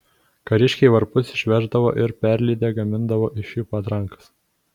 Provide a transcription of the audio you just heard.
kariškiai varpus išveždavo ir perlydę gamindavo iš jų patrankas